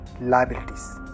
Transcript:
liabilities